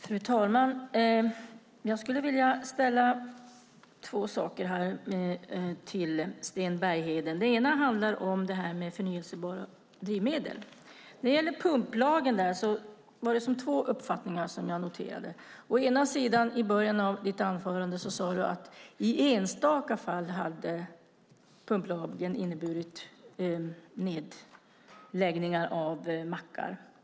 Fru talman! Jag skulle vilja ställa två frågor till Sten Bergheden. Den ena handlar om förnybara drivmedel. När det gäller pumplagen noterade jag två uppfattningar. Å ena sidan sade du i början av ditt anförande att pumplagen i enstaka fall hade inneburit nedläggning av mackar.